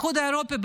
האיחוד האירופי,